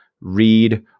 read